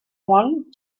one